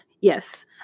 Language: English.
Yes